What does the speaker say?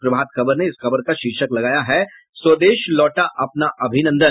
प्रभात खबर ने इस खबर का शीर्षक लगाया है स्वदेश लौटा अपना अभिनंदन